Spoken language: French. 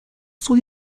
sont